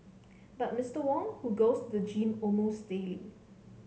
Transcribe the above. but Mister Wong who goes to the gym almost daily